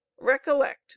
recollect